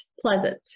pleasant